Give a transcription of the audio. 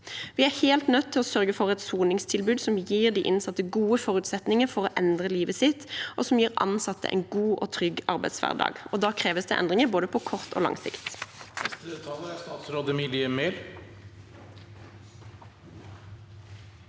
Vi er helt nødt til å sørge for et soningstilbud som gir de innsatte gode forutsetninger for å endre livet sitt, og som gir ansatte en god og trygg arbeidshverdag. Det krever endringer, både på kort og lang sikt.